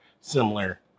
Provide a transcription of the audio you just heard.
similar